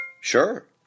Sure